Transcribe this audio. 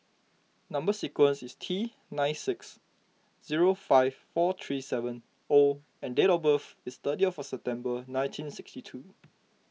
Number Sequence is T nine six zero five four three seven O and date of birth is thirty of September nineteen sixty two